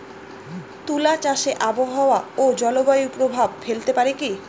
তুলা চাষে আবহাওয়া ও জলবায়ু প্রভাব ফেলতে পারে কি?